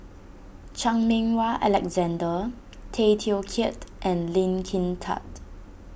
Chan Meng Wah Alexander Tay Teow Kiat and Lee Kin Tat